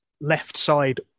left-side